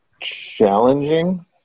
challenging